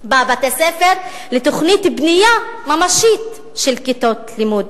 בבתי-ספר לתוכנית של בנייה ממשית של כיתות לימוד.